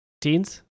Teens